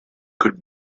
could